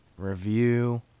review